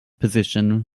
position